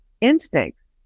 instincts